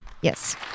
Yes